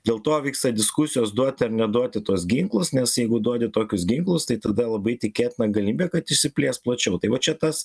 dėl to vyksta diskusijos duoti ar neduoti tuos ginklus nes jeigu duodi tokius ginklus tai tada labai tikėtina galimybė kad išsiplės plačiau tai vat čia tas